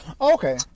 Okay